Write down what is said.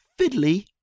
fiddly